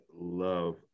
love